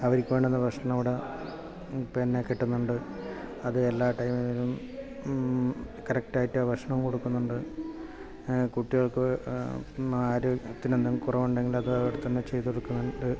അവർക്ക് വേണ്ടുന്ന ഭക്ഷണം അവിടെ പിന്നെ കിട്ടുന്നുണ്ട് അത് എല്ലാ ടൈമിലും കറക്ടായിട്ട് ഭക്ഷണം കൊടുക്കുന്നുണ്ട് കുട്ടികൾക്ക് ആരോഗ്യത്തിനു കുറവുണ്ടെങ്കിൽ അത് അവിടെ തന്നെ ചെയ്തു കൊടുക്കുന്നുണ്ട്